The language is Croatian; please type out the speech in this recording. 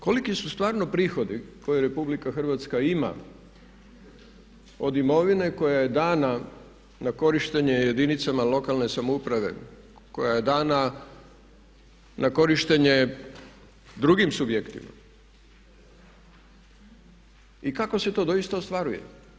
Koliki su stvarno prihodi koje RH ima od imovine koja je dana na korištenje jedinicama lokalne samouprave, koja je dana na korištenje drugim subjektima i kako se to doista ostvaruje.